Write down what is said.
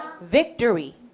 Victory